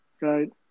Right